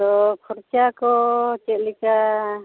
ᱟᱫᱚ ᱠᱷᱚᱨᱪᱟ ᱠᱚ ᱪᱮᱫᱞᱮᱠᱟ